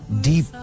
deep